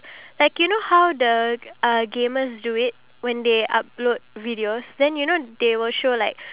that are selling the product itself we're not like just somebody behind the computer trying to promote our product